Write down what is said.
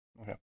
Okay